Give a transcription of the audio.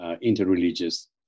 inter-religious